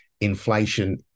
Inflation